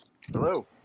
Hello